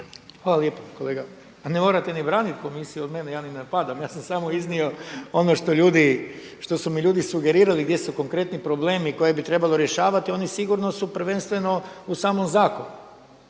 Hvala lijepo. Kolega, ne morate niti braniti Komisiju od mene. Ja ne napadam. Ja sam samo iznio ono što su mi ljudi sugerirali gdje su konkretni problemi i koje bi trebalo rješavati. Oni sigurno su prvenstveno u samom zakonu.